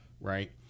right